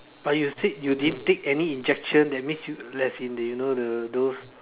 but you said you didn't take any injection that means as in you know the those